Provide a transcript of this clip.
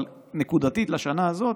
אבל נקודתית לשנה הזאת,